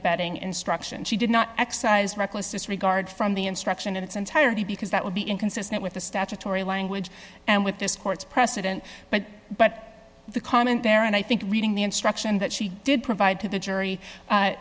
abetting instruction she did not excise reckless disregard from the instruction in its entirety because that would be inconsistent with the statutory language and with this court's precedent but but the comment there and i think reading the instruction that she did provide to the jury